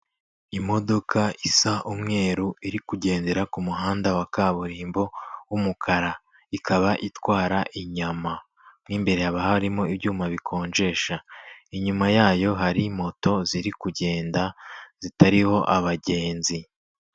Imodoka isa umweru iri kugendera ku muhanda wa kaburimbo w'umukara, ikaba itwara inyama. Mo imbere haba harimo ibyuma bikonjesha, inyuma yayo hari moto ziri kugenda zitariho abagenzi.